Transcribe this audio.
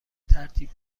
ترتیب